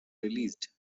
released